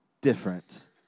different